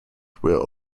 will